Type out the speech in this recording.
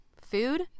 food